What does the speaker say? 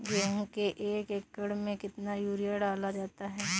गेहूँ के एक एकड़ में कितना यूरिया डाला जाता है?